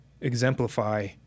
exemplify